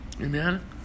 amen